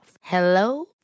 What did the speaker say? Hello